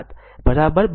25 ampere